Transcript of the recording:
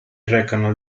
recano